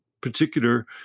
particular